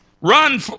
Run